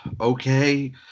okay